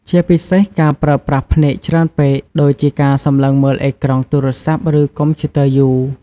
ជាពិសេស ការប្រើប្រាស់ភ្នែកច្រើនពេក ដូចជាការសម្លឹងមើលអេក្រង់ទូរស័ព្ទ ឬកុំព្យូទ័រយូរ។